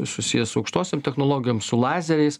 susiję su aukštosiom technologijom su lazeriais